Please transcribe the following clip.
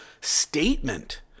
statement